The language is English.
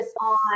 on